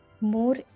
more